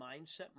mindset